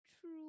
true